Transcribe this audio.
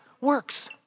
works